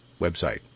website